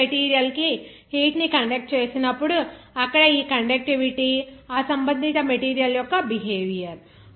solid material కి heat ని conduct చేసినపుడు అక్కడ ఈ కండక్టివిటీ ఆ సంబంధిత మెటీరియల్ యొక్క బిహేవియర్